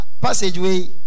passageway